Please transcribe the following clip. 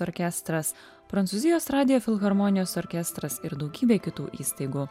orkestras prancūzijos radijo filharmonijos orkestras ir daugybė kitų įstaigų